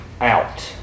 out